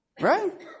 Right